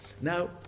Now